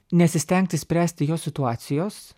nesistengt išspręsti jo situacijos